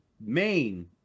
main